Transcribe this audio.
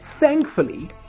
Thankfully